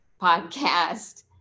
podcast